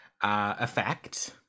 effect